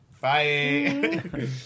Bye